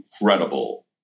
incredible